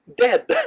dead